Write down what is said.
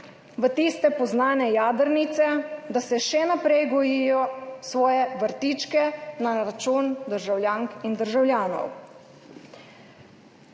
v tiste poznane jadrnice, da še naprej gojijo svoje vrtičke na račun državljank in državljanov.